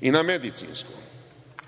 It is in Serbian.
i na medicinskom,